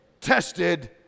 tested